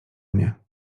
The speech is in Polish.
mnie